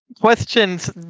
questions